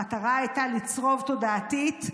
המטרה הייתה לצרוב תודעתית: